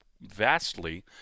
vastly